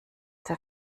der